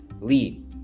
leave